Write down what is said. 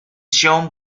shown